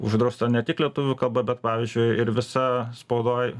uždrausta ne tik lietuvių kalba bet pavyzdžiui ir visa spaudoj